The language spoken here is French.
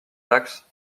taxes